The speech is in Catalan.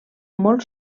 molt